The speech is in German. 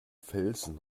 felsen